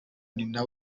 nina